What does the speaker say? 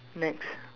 next